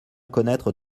connaître